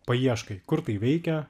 paieškai kur tai veikia